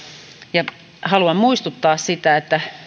ja haluan muistuttaa siitä että